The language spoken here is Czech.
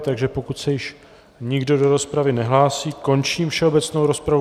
Takže pokud se již nikdo do rozpravy nehlásí, končím všeobecnou rozpravu.